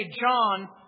John